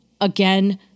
again